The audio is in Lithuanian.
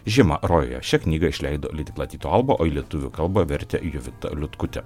žiema rojuje šią knygą išleido leidykla tyto albo o į lietuvių kalbą vertė jovita liutkutė